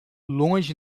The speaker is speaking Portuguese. longe